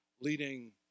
leading